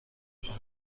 کنید